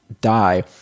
die